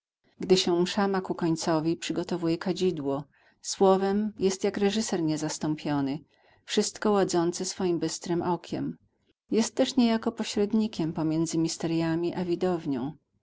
gdy się msza ma ku końcowi przygotowuje kadzidło słowem jest jak reżyser niezastąpiony wszystko ładzący swojem bystrem okiem jest też niejako pośrednikiem pomiędzy misterjami a widownią